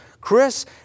Chris